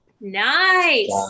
nice